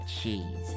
cheese